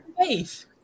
faith